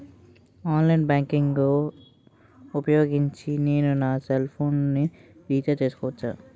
Online banking ఊపోయోగించి నేను నా సెల్ ఫోను ని రీఛార్జ్ చేసుకోవచ్చా?